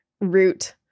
Root